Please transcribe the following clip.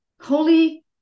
holy